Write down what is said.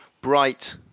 bright